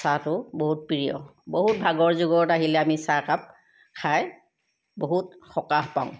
চাহটো বহুত প্ৰিয় বহুত ভাগৰ জুগৰত আহিলে আমি চাহকাপ খাই বহুত সকাহ পাওঁ